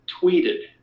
tweeted